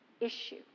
issue